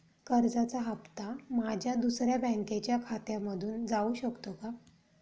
कर्जाचा हप्ता माझ्या दुसऱ्या बँकेच्या खात्यामधून जाऊ शकतो का?